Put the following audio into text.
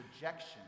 rejection